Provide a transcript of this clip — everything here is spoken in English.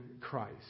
Christ